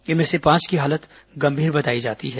इनमें से पांच की हालत गंभीर बताई जाती है